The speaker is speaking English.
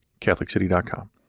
catholiccity.com